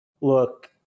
look